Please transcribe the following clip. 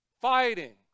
fighting